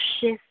shift